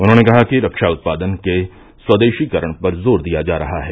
उन्होंने कहा कि रक्षा उत्पादन के स्वदेशीकरण पर जोर दिया जा रहा है